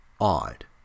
odd